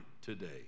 today